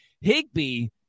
Higby